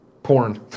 Porn